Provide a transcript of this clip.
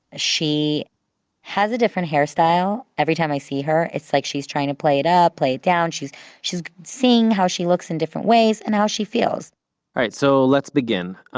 she has a different hairstyle every time i see her. it's like she's trying to play it up, play it down. she's she's seeing how she looks in different ways and how she feels right, so let's begin.